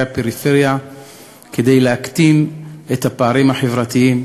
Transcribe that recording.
הפריפריה כדי להקטין את הפערים החברתיים.